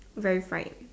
very fried